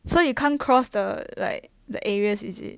so you can't cross the like the areas is it